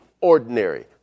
ordinary